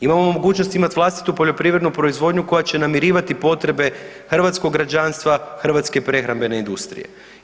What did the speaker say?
Imamo mogućnost imati vlastitu poljoprivrednu proizvodnju koja će namirivati potrebe hrvatskog građanstva, hrvatske prehrambene industrije.